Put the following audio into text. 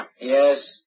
Yes